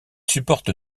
supporte